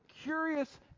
curious